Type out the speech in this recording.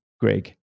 greg